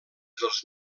dels